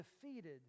defeated